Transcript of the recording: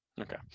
okay